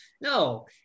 no